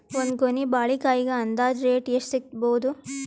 ಒಂದ್ ಗೊನಿ ಬಾಳೆಕಾಯಿಗ ಅಂದಾಜ ರೇಟ್ ಎಷ್ಟು ಸಿಗಬೋದ?